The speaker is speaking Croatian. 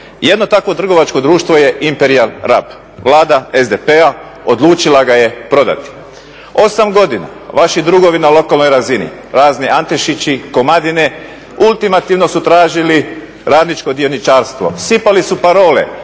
Jedno takvo trgovačko društvo je Imperijal Rab, Vlada SDP-a odlučila ga je prodati. 8 godina vaši drugovi na lokalnoj razini, razni antešići, komadine ultimativno su tražili ultimativno su tražili radničko dioničarstvo. Sipali su parole,